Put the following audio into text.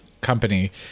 company